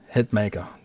Hitmaker